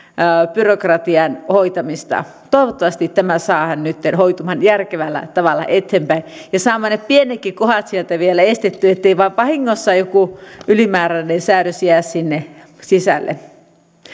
byrokratian hoitamista toivottavasti tämä saadaan nytten hoitumaan järkevällä tavalla eteenpäin ja saamme ne pienetkin kohdat sieltä vielä estettyä ettei vain vahingossa joku ylimääräinen säädös jää sinne sisälle